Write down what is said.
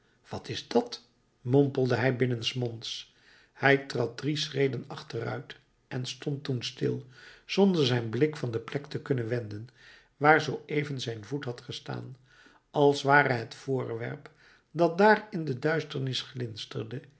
wat is dat mompelde hij binnensmonds hij trad drie schreden achteruit en stond toen stil zonder zijn blik van de plek te kunnen wenden waar zooeven zijn voet had gestaan als ware het voorwerp dat daarin de duisternis